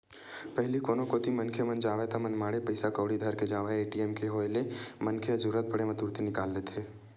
पहिली कोनो कोती मनखे मन जावय ता मनमाड़े पइसा कउड़ी धर के जावय ए.टी.एम के होय ले मनखे ह जरुरत पड़े म तुरते निकाल लेथे